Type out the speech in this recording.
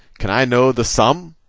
can i know the sum?